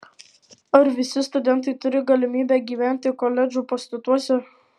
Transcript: ar visi studentai turi galimybę gyventi koledžų pastatuose